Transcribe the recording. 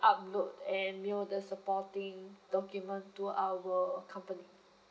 upload and mail the supporting document to our company